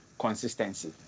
consistency